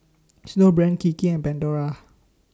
Snowbrand Kiki and Pandora